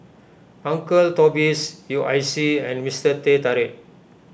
Uncle Toby's U I C and Mister Teh Tarik